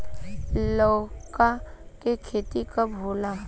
लौका के खेती कब होला?